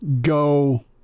go